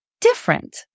different